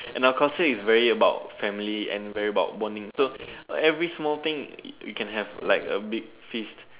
and our culture is very about family and very about bonding so every small thing we can have like a big feast